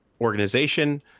organization